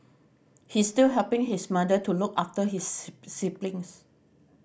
he is still helping his mother to look after his siblings